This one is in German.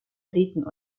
riten